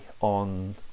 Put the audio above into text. on